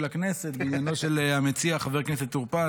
הכנסת בעניינו של המציע חבר כנסת טור פז,